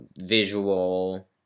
visual